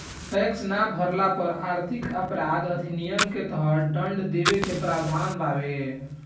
tax ना भरला पर आर्थिक अपराध अधिनियम के तहत दंड देवे के प्रावधान बावे